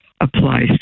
applies